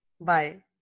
Bye